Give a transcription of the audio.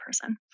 person